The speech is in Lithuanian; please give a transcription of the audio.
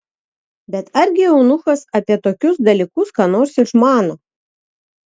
bet argi eunuchas apie tokius dalykus ką nors išmano